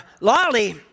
Lolly